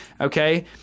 okay